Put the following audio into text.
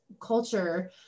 culture